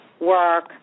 work